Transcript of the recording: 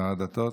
שר הדתות,